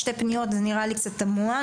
שתי פניות זה נראה לי קצת תמוה.